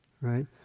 right